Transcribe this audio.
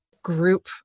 group